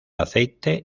aceite